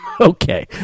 Okay